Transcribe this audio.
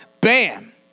Bam